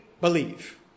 believe